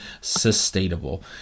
sustainable